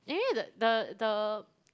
anyway the the the